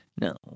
No